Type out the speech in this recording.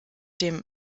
dem